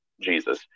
Jesus